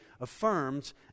affirms